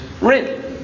rent